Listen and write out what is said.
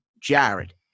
Jared